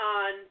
on